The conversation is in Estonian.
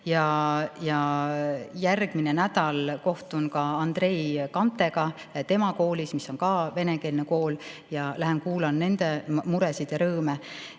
Ja järgmine nädal kohtun ma Andrei Kantega tema koolis, mis on ka venekeelne kool, ma lähen kuulan nende muresid ja rõõme.